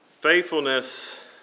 Faithfulness